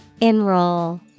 Enroll